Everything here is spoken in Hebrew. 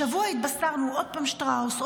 השבוע התבשרנו שעוד פעם שטראוס,